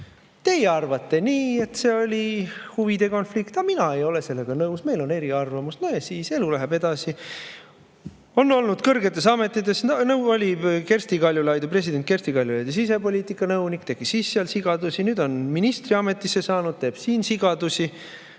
Teie arvate, et see oli huvide konflikt, aga mina ei ole sellega nõus. Meil on eri arvamus. No ja siis? Elu läheb edasi."Ta on olnud kõrgetes ametites. Ta oli president Kersti Kaljulaidi sisepoliitikanõunik ja tegi seal sigadusi. Nüüd on ministriametisse saanud, teeb siin sigadusi,